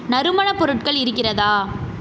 நறுமண பொருட்கள் இருக்கிறதா